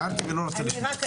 הערתי ולא רוצה לשמוע.